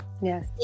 yes